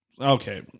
Okay